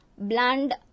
bland